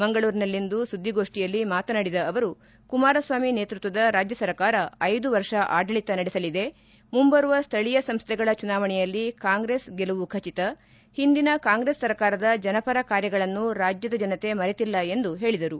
ಮಂಗಳೂರಿನಲ್ಲಿಂದು ಸುದ್ದಿಸಗೋಷ್ವಿಯಲ್ಲಿ ಮಾತನಾಡಿದ ಅವರು ಕುಮಾರಸ್ವಾಮಿ ನೇತೃತ್ವದ ರಾಜ್ಯ ಸರಕಾರ ಐದು ವರ್ಷ ಅಡಳಿತ ನಡೆಸಲಿದೆ ಮುಂಬರುವ ಸ್ಥಳೀಯ ಸಂಸ್ಥೆಗಳ ಚುನಾವಣೆಯಲ್ಲಿ ಕಾಂಗ್ರೆಸ್ ಗೆಲುವು ಖಟಿತ ಹಿಂದಿನ ಕಾಂಗ್ರೆಸ್ ಸರಕಾರದ ಜನವರ ಕಾರ್ಯಗಳನ್ನು ರಾಜ್ಯದ ಜನತೆ ಮರೆತಿಲ್ಲ ಎಂದು ಹೇಳಿದರು